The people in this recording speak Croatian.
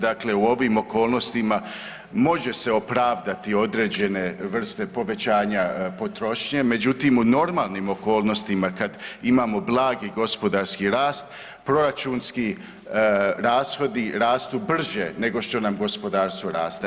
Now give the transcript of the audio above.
Dakle u ovom okolnostima može se opravdati određene vrste povećanja potrošnje, međutim u normalnim okolnostima kada imamo blagi gospodarski rast, proračunski rashodi rastu brže nego što nam gospodarstvo raste.